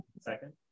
Second